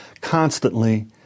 constantly